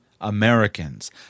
Americans